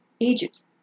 ages